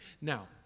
Now